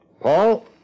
Paul